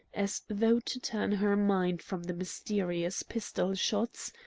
as though to turn her mind from the mysterious pistol-shots,